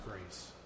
grace